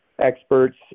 experts